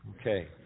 Okay